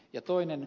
ja toinen